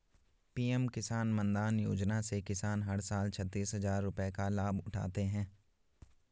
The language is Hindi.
पीएम किसान मानधन योजना से किसान हर साल छतीस हजार रुपये का लाभ उठाते है